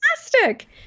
fantastic